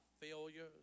failures